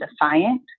defiant